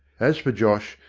as for josh,